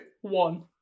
One